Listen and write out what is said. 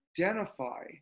identify